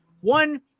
One